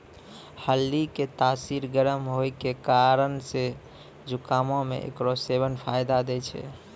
हल्दी के तासीर गरम होय के कारण से जुकामो मे एकरो सेबन फायदा दै छै